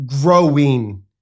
growing